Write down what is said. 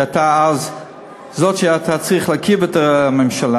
שהיא שהייתה צריכה להרכיב את הממשלה,